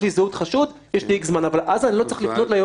זה לא המצב.